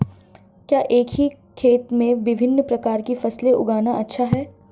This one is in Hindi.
क्या एक ही खेत में विभिन्न प्रकार की फसलें उगाना अच्छा है?